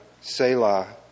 Selah